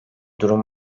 durum